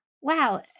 wow